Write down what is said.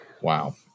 Wow